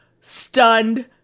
stunned